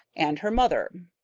and her mother.